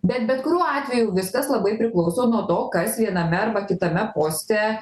bet bet kuriuo atveju viskas labai priklauso nuo to kas viename arba kitame poste